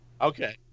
Okay